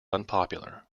unpopular